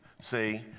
See